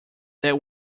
that